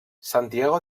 santiago